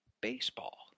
Baseball